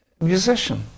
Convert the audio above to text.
musician